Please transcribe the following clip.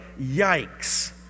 yikes